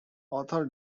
author